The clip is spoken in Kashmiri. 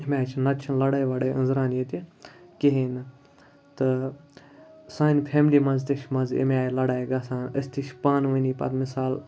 ییٚمہِ آے چھِ نَتہٕ چھِنہٕ لَڑٲے وَڑٲے أنٛزران ییٚتہِ کِہیٖنۍ نہٕ تہٕ سانہِ فیملی منٛز تہِ چھِ منٛزٕ امہِ آے لَڑایہِ گژھان أسۍ تہِ چھِ پانہٕ ؤنی پَتہٕ مِثال